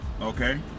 Okay